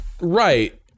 right